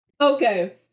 Okay